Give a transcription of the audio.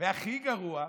והכי גרוע,